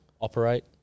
operate